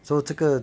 做这个